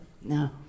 No